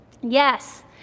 Yes